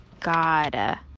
God